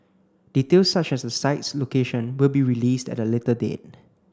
details such as the site's location will be released at a later date